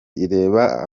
ireba